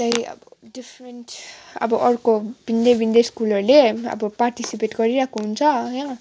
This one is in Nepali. त्यही अब डिफ्रेन्ट अब अर्को भिन्नै भिन्नै स्कुलहरूले अब पार्टिसिपेट गरिरहेको हुन्छ यहाँ